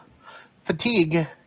fatigue